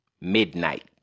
midnight